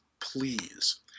Please